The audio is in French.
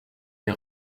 des